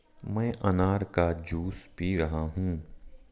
मैं अनार का जूस पी रहा हूँ